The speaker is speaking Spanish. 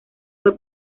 fue